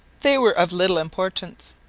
they were of little importance.